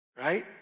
right